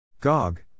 Gog